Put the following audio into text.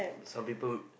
some people